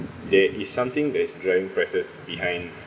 there is something that is driving prices behind